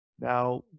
Now